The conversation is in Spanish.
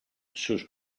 sus